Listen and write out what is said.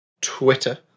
Twitter